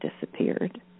disappeared